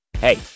Hey